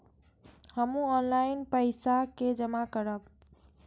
हमू ऑनलाईनपेसा के जमा करब?